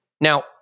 Now